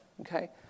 okay